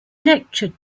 lectured